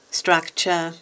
structure